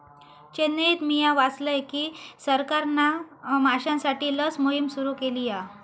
चेन्नईत मिया वाचलय की सरकारना माश्यांसाठी लस मोहिम सुरू केली हा